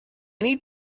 need